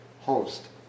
host